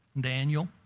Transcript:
Daniel